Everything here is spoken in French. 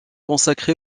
consacré